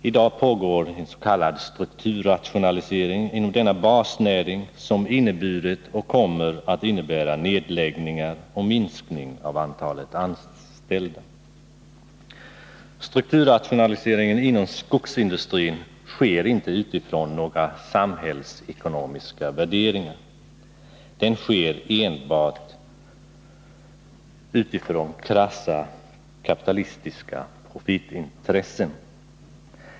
I dag pågår en s.k. strukturrationalisering inom denna basnäring som inneburit och kommer att innebära nedläggningar och minskning av äntalet anställda. Strukturrationaliseringen inom skogsindustrin sker inte utifrån samhällsekonomiska värderingar, den sker enbart utifrån krassa kapitalistiska profitintressen.